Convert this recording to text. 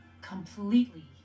completely